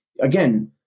Again